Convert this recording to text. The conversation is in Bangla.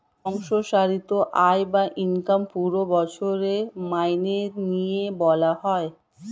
বাৎসরিক আয় বা ইনকাম পুরো বছরের মাইনে নিয়ে বলা হয়